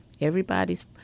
everybody's